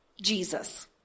Jesus